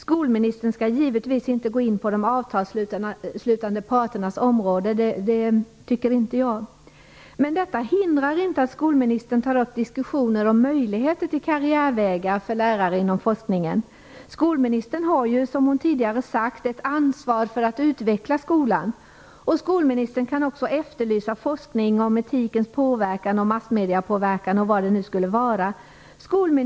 Skolministern skall givetvis inte gå in på de avtalsslutande parternas områden, men det hindrar inte att skolministern tar upp diskussioner om möjligheter till karriärvägar för lärare inom forskningen. Skolministern har ju, som hon tidigare sagt, ett ansvar för att utveckla skolan. Skolministern kan också efterlysa forskning om etikens påverkan, massmediepåverkan och vad det nu skulle kunna vara.